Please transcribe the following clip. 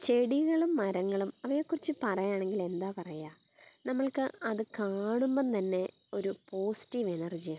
ചെടികളും മരങ്ങളും അവയെ കുറിച്ച് പറയുകയാണെങ്കിൽ എന്താ പറയാ നമ്മൾക്ക് അതു കാണുമ്പം തന്നെ ഒരു പോസിറ്റീവ് എനർജിയാണ്